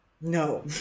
No